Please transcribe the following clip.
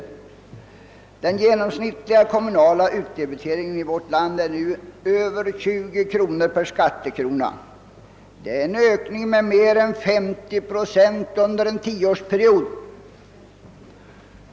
Den genomsnittliga kommunala utdebiteringen i vårt land är nu över 20 kronor per skattekrona. Det är en ökning med mer än 50 procent under en tioårsperiod.